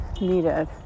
needed